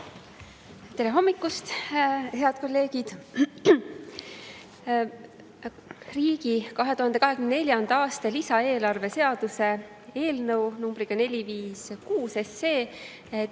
Tere hommikust, head kolleegid! Riigi 2024. aasta lisaeelarve seaduse eelnõu nr 456 teist